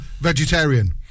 vegetarian